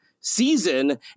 season